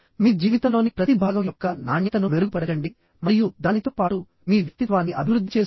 మీ జీవితంలోని ప్రతి భాగం యొక్క నాణ్యతను మెరుగుపరచండి మరియు దానితో పాటు మీ వ్యక్తిత్వాన్ని అభివృద్ధి చేసుకోండి